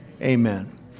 Amen